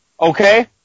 Okay